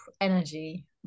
energy